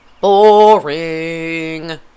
Boring